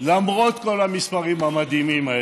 למרות כל המספרים המדהימים האלה,